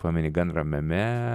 pameni gan ramiame